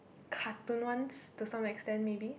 cartoon ones to some extend maybe